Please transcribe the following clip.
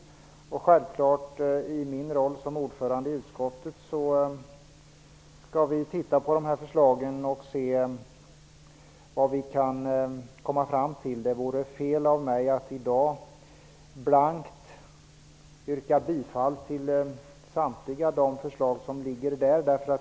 I min roll som ordförande i utskottet vill jag säga att vi självklart skall titta på de här förslagen och se vad vi kan komma fram till. Det vore fel av mig att i dag yrka bifall blankt till samtliga de förslag som lagts fram.